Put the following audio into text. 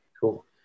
Cool